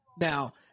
now